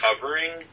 covering